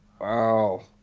Wow